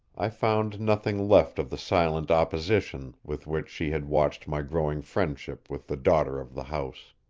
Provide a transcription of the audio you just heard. i found nothing left of the silent opposition with which she had watched my growing friendship with the daughter of the house.